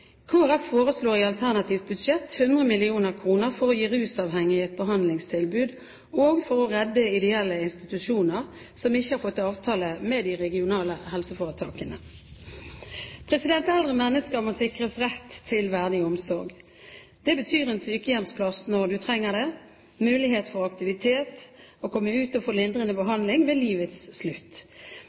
Folkeparti foreslår i alternativt budsjett 100 mill. kr for å gi rusavhengige et behandlingstilbud – og for å redde ideelle institusjoner som ikke har fått avtale med de regionale helseforetakene. Eldre mennesker må sikres rett til verdig omsorg. Det betyr en sykehjemsplass når du trenger det, mulighet for aktivitet, å komme ut og å få lindrende behandling ved livets slutt.